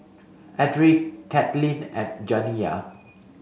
Edrie Caitlynn and Janiya